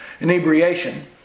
inebriation